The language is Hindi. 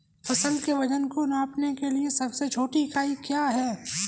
फसल के वजन को नापने के लिए सबसे छोटी इकाई क्या है?